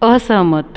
असहमत